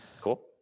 Cool